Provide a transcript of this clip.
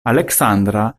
aleksandra